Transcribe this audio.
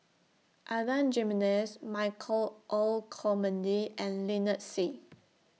Adan Jimenez Michael Olcomendy and Lynnette Seah